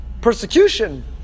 persecution